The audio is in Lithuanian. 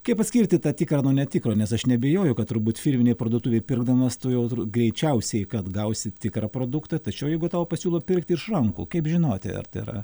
kaip atskirti tą tikrą nuo netikro nes aš neabejoju kad turbūt firminėj parduotuvėj pirkdamas tu jau greičiausiai kad gausi tikrą produktą tačiau jeigu tau pasiūlo pirkti iš rankų kaip žinoti ar tai yra